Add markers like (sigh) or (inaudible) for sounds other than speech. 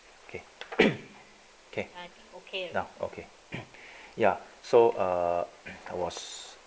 K K (coughs) ya okay ya so uh I was